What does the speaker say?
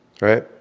right